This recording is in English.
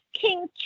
King